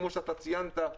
כמו שאתה ציינת,